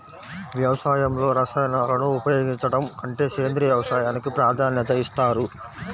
వ్యవసాయంలో రసాయనాలను ఉపయోగించడం కంటే సేంద్రియ వ్యవసాయానికి ప్రాధాన్యత ఇస్తారు